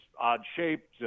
odd-shaped